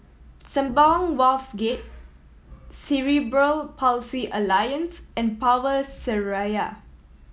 Sembawang Wharves Gate Cerebral Palsy Alliance and Power Seraya